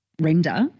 render